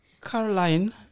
Caroline